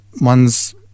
ones